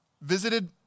visited